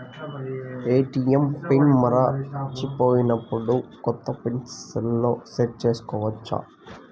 ATM PIN మరచిపోయినప్పుడు, కొత్త PIN సెల్లో సెట్ చేసుకోవచ్చా?